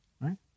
right